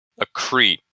accrete